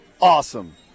awesome